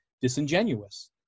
disingenuous